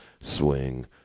swing